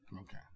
Okay